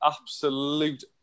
absolute